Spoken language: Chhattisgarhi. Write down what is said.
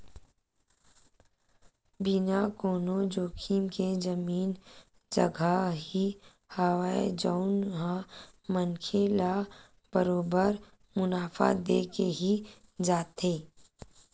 बिना कोनो जोखिम के जमीन जघा ही हवय जउन ह मनखे ल बरोबर मुनाफा देके ही जाथे